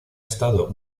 estado